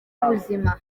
w’ubuzima